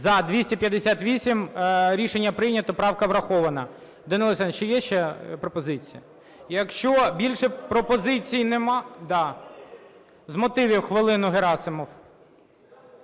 За-258 Рішення прийнято. Правка врахована. Данило Олександрович, є ще пропозиції? Якщо більше пропозицій нема… Да. З мотивів – хвилина, Герасимов.